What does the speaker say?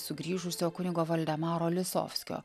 sugrįžusio kunigo valdemaro lisovskio